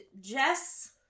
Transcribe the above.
Jess